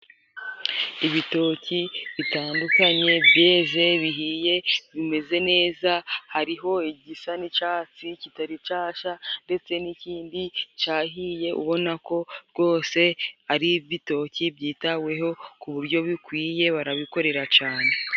Ibitoki bitandukanye, byeze, bihiye, bimeze neza, hariho igisa n'icatsi kitari casha ndetse n'ikindi cahiye, ubona ko rwose ari ibitoki byitaweho ku buryo bikwiye barabikorera cane.